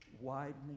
widening